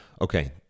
Okay